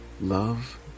love